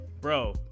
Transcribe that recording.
bro